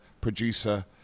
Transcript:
producer